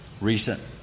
recent